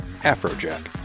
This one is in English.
Afrojack